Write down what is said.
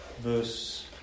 verse